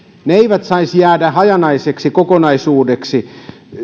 ne eivät saisi jäädä hajanaiseksi kokonaisuudeksi